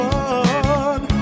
one